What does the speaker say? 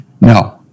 No